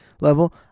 level